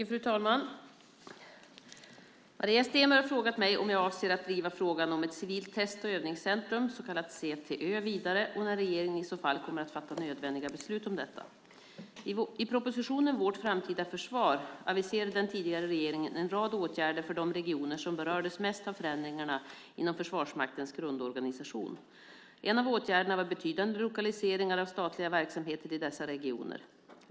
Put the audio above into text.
Fru talman! Maria Stenberg har frågat mig om jag avser att driva frågan om ett civilt test och övningscentrum, CTÖ, vidare och när regeringen i så fall kommer att fatta nödvändiga beslut om detta. I propositionen Vårt framtida försvar aviserade den tidigare regeringen en rad åtgärder för de regioner som berördes mest av förändringarna inom Försvarsmaktens grundorganisation. En av åtgärderna var betydande lokaliseringar av statliga verksamheter till dessa regioner.